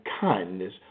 kindness